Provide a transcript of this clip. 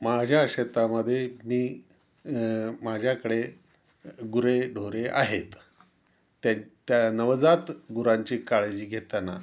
माझ्या शेतामध्ये मी माझ्याकडे गुरेढोरे आहेत त्यां त्या नवजात गुरांची काळजी घेताना